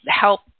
help